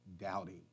doubting